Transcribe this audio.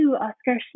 Oscar